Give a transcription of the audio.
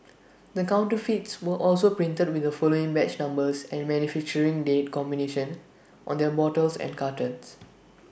the counterfeits were also printed with the following batch numbers and manufacturing date combinations on their bottles and cartons